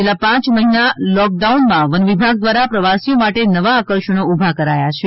છેલ્લા પાંચ મહિના લોકડાઉનમાં વનવિભાગ દ્વારા પ્રવાસીઓ માટે નવા આકર્ષણો ઉભા કરાયા છે